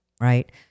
right